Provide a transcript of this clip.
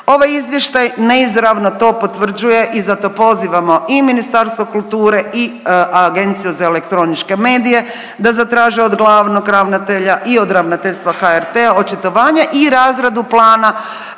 Ovaj izvještaj neizravno to potvrđuje i zato pozivamo i Ministarstvo kulture i Agenciju za elektroničke medije da zatraže od glavnog ravnatelja i od Ravnateljstva HRT-a očitovanje i razradu plana